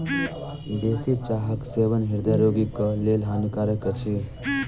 बेसी चाहक सेवन हृदय रोगीक लेल हानिकारक अछि